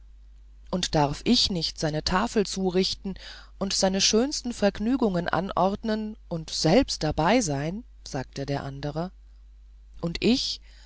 und darf ich nicht seine tafel zurichten und seine schönsten vergnügen anordnen und selbst dabeisein sagte der andere und ich